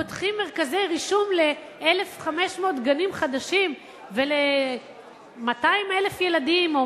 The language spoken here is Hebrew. פותחים מרכזי רישום ל-1,500 גנים חדשים ול-200,000 ילדים או